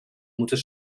moeten